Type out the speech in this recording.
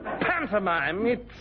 Pantomime—it's